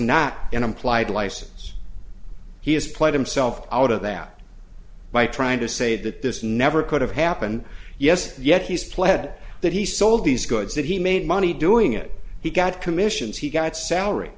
not an implied license he has played himself out of that by trying to say that this never could have happened yes yet he's pled that he sold these goods that he made money doing it he got commissions he got salary